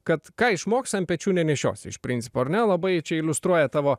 kad ką išmoksi ant pečių nenešiosi iš principo ane labai čia iliustruoja tavo